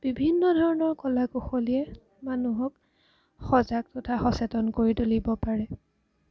বিভিন্ন ধৰণৰ কলা কৌশলীয়ে মানুহক সজাগ তথা সচেতন কৰি তুলিব পাৰে